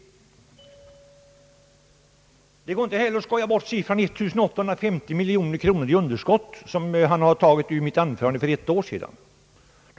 Det går inte heller att skoja bort siffran 1850 miljoner kronor i underskott, som han tog från mitt anförande för ett år sedan.